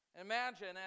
Imagine